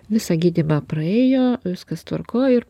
visą gydymą praėjo viskas tvarkoj ir